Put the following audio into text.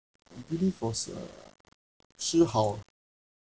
I believe was uh shee hao